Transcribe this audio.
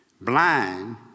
blind